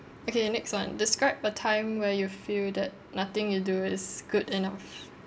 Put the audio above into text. okay next one describe a time where you feel that nothing you do is good enough